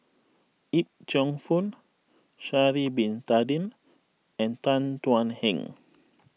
Yip Cheong Fun Sha'ari Bin Tadin and Tan Thuan Heng